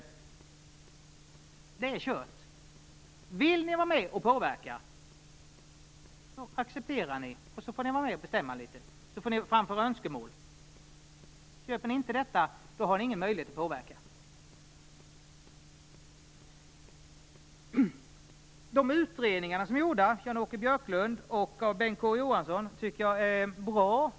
Om man ville vara med och påverka, måste man acceptera. Då skulle man få vara med och bestämma litet och framföra önskemål. Om man inte köpte detta skulle man inte ha någon möjlighet att påverka. Jag tycker att de utredningar som är gjorda av Jan Åke Björklund och Bengt K Å Johansson är bra.